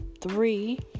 three